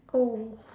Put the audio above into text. oh